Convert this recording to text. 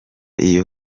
iyo